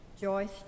Joyce